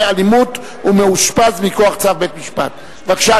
אלימות ומאושפז מכוח צו בית-משפט) בבקשה,